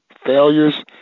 failures